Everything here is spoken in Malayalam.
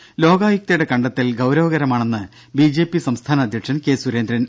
ത ലോകായുക്തയുടെ കണ്ടെത്തൽ ഗൌരവകരമാണെന്ന് ബിജെപി സംസ്ഥാന അധ്യക്ഷൻ കെ സുരേന്ദ്രൻ